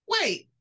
Wait